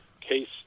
case